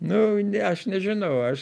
nu ne aš nežinau aš